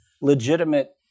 legitimate